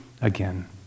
again